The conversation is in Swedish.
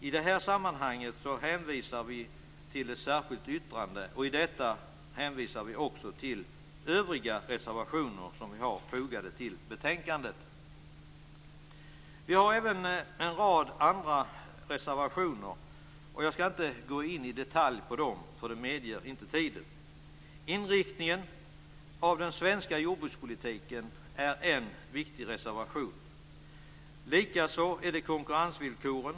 I detta sammanhang hänvisar vi till vårt särskilda yttrande. Vi hänvisar också till övriga reservationer om detta som är fogade till betänkandet. Vi har även en rad andra reservationer, men jag skall inte gå in i detalj på dem, eftersom tiden inte medger det. Inriktningen av den svenska jordbrukspolitiken tas upp i en viktig reservation. Vi följer också upp konkurrensvillkoren.